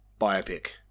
biopic